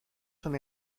son